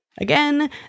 Again